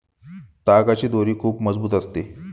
तागाची दोरी खूप मजबूत असते